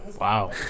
Wow